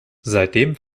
seitdem